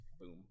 Boom